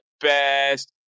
best